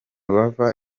bava